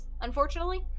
unfortunately